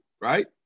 right